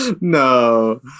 No